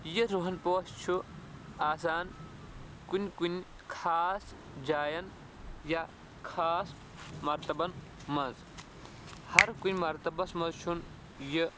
یہِ روٚہن پوش چھُ آسان کُنہِ کُنہِ خاص جاین یا خاص مَرتَبن منٛز ہر کُنہِ مَرتَبس منٛز چھُنہٕ یہِ